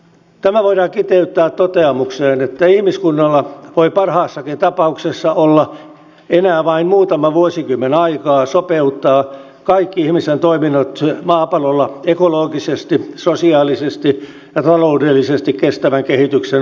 tämä voidaan kiteyttää toteamukseen että ihmiskunnalla voi parhaassakin tapauksessa olla enää vain muutama vuosikymmen aikaa sopeuttaa kaikki ihmisten toiminnot maapallolla ekologisesti sosiaalisesti ja taloudellisesti kestävän kehityksen vaatimuksiin